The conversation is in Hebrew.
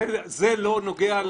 זה לא נוגע,